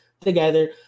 together